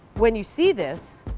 when you see this,